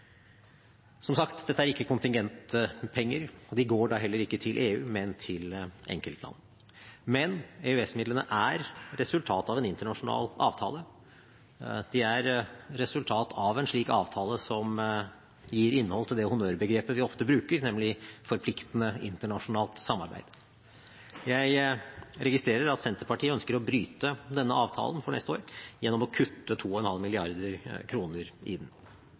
Som sagt, dette er ikke kontingentpenger. De går da heller ikke til EU, men til enkeltland. Men EØS-midlene er resultatet av en internasjonal avtale, de er resultat av en avtale som gir innhold til det honnørbegrepet vi ofte bruker, nemlig forpliktende internasjonalt samarbeid. Jeg registrerer at Senterpartiet ønsker å bryte denne avtalen for neste år gjennom å kutte 2,5 mrd. kr i den.